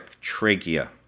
trachea